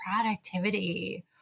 productivity